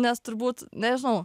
nes turbūt nežinau